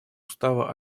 устава